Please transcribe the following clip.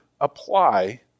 apply